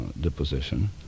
deposition